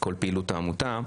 כל פעילות העמותה.